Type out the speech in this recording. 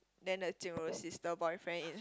then the Jing-Ru's sister boyfriend is